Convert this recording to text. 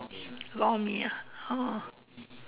lor-mee ah oh